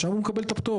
שם הוא מקבל את הפטור.